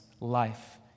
life